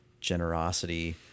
generosity